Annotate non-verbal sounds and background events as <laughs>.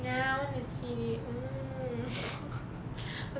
ya I wanna sit <noise> <laughs>